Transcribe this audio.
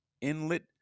inlet